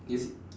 you